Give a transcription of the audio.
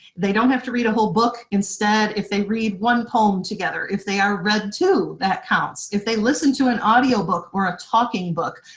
they don't have to read a whole book, instead if they read one poem together, if they are read to, that counts. if they listen to an audio book or a talking book,